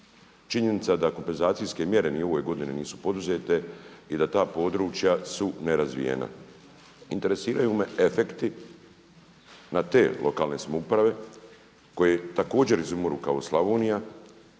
Činjenica da kompenzacijske mjere ni u ovoj godini nisu poduzete i da ta područja su nerazvijena. Interesiraju me efekti na te lokalne samouprave koje također izumiru kao Slavonija,